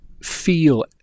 feel